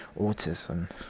autism